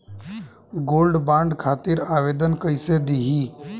Gold bond खातिर आवेदन कैसे दिही?